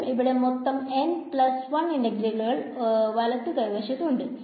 അപ്പോൾ ഇവിടെ മൊത്തം n പ്ലസ് 1 ഇന്റഗ്രലുകൾ വലത് കൈ വശത്തു ഉണ്ട്